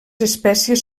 espècies